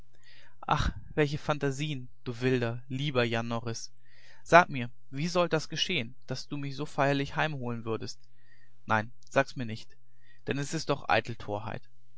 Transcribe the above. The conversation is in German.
ach welche phantasien du wilder lieber jan norris sag mir wie sollt das geschehen daß du mich so feierlich heimholen würdest nein sag's mir nicht denn es ist doch eitel